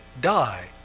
die